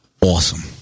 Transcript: Awesome